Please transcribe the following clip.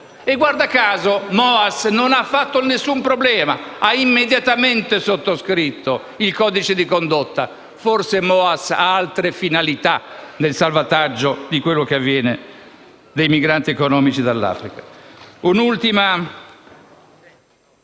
E, guarda caso, MOAS non ha fatto nessun problema, ha immediatamente sottoscritto il codice di condotta; forse MOAS ha altre finalità nel salvataggio dei migranti economici dall'Africa. Un'ultima